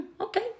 Okay